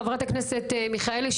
חברת הכנסת מיכאלי,